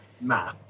matt